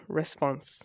response